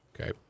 okay